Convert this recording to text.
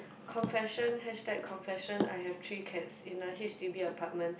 confession hashtag confession I have three cats in a H_D_B apartment